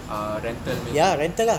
ah rental punya tu